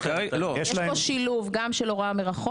יש פה שילוב, גם של הוראה מרחוק.